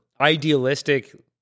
idealistic